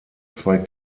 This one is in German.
zwei